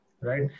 right